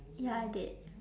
ya I did